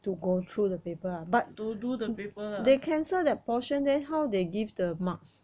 to do the paper lah